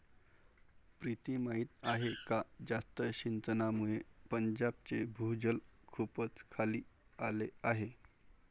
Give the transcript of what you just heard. प्रीती माहीत आहे का जास्त सिंचनामुळे पंजाबचे भूजल खूपच खाली आले आहे